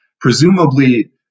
Presumably